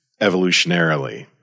evolutionarily